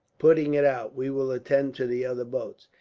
putting it out. we will attend to the other boats.